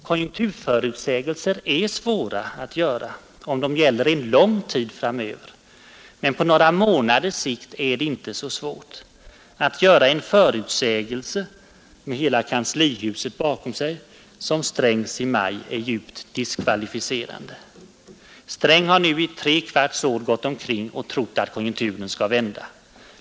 Konjunkturförutsägelser är svåra att göra om de gäller en lång tid framöver, men på några månaders sikt är det inte så svårt. Att göra en sådan förutsägelse som herr Strängs i maj med hela kanslihuset bakom sig är djupt diskvalificerande. Herr Sträng har nu i tre kvarts år gått omkring och trott att konjunkturen skall vända.